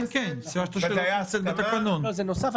זה נוסף.